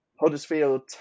Huddersfield